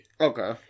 Okay